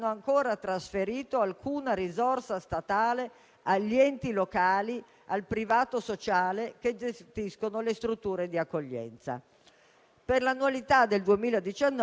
Per l'annualità del 2019, il Dipartimento delle pari opportunità ha emanato il decreto di ripartizione dei fondi solo lo scorso aprile, e conosciamo il momento che abbiamo appena vissuto.